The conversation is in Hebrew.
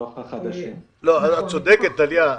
את צודקת, טליה.